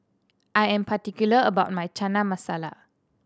I am particular about my Chana Masala